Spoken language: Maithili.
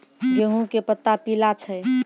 गेहूँ के पत्ता पीला छै?